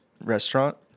restaurant